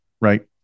right